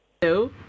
Hello